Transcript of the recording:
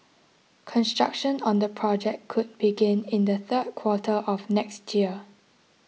construction on the project could begin in the third quarter of next year